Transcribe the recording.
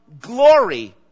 glory